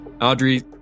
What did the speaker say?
Audrey